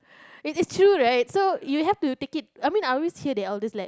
it is true right so you have to take it I mean I always hear the elders like